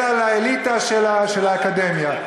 אלא לאליטה של האקדמיה.